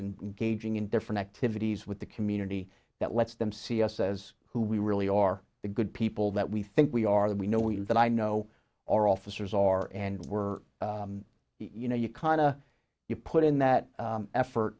and gauging in different activities with the community that lets them see us as who we really are the good people that we think we are that we know we'll that i know our officers are and we're you know you kind of you put in that effort